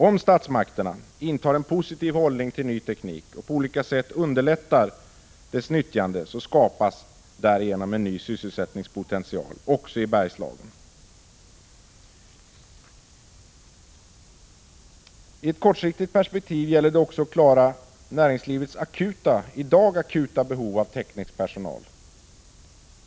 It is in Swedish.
Om statsmakterna intar en positiv hållning till ny teknik och på olika sätt underlättar dess nyttjande skapas därigenom en ny sysselsättningspotential också i Bergslagen. I ett kortsiktigt perspektiv gäller det också att klara näringslivets akuta behov av teknisk personal.